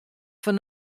fan